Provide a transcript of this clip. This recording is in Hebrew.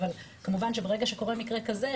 כמובן שברגע שקורה מקרה כזה,